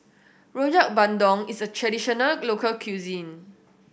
Rojak Bandung is a traditional local cuisine